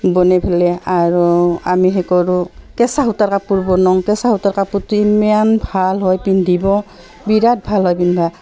বনাই পেলাই আৰু আমি সেই কৰোঁ কেঁচা সূতাৰ কাপোৰ বনাওঁ কেঁচা সূতাৰ কাপোৰটো ইমান ভাল হয় পিন্ধিব বিৰাট ভাল হয় পিন্ধা